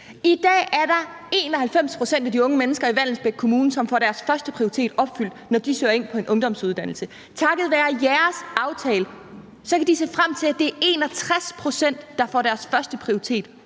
I dag er der 91 pct. af de unge mennesker i Vallensbæk Kommune, som får deres førsteprioritet opfyldt, når de søger ind på en ungdomsuddannelse. Takket være jeres aftale kan de se frem til, at det er 61 pct., der får deres førsteprioritet